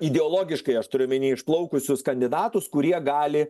ideologiškai aš turiu omeny išplaukusius kandidatus kurie gali